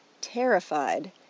terrified